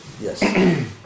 yes